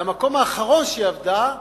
זה המקום האחרון שהיא עבדה בו,